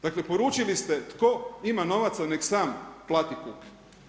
Dakle poručili ste tko ima novaca neka sam plati kuk.